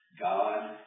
God